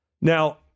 Now